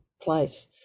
place